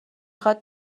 خواد